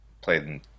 played